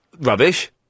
Rubbish